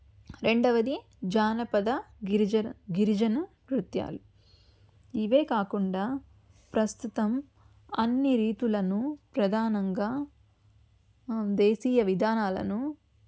రెండవది జానపద గిరిజన గిరిజన నృత్యాలు ఇవే కాకుండా ప్రస్తుతం అన్నీ రీతులను ప్రధానంగా దేశీయ విధానాలను